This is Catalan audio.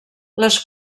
les